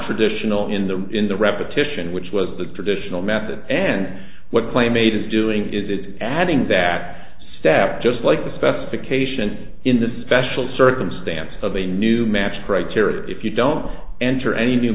traditional in the in the repetition which was the traditional method and what claim made is doing is it adding that step just like the specification in the special circumstance of a new match criteria if you don't enter any new